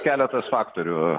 keletas faktorių